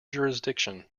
jurisdiction